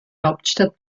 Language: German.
hauptstadt